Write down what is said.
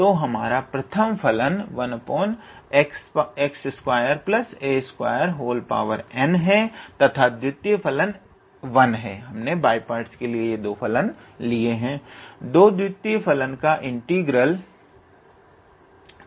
तो हमारा प्रथम फलन 1x2a2n है तथा द्वितीय फलन 1 है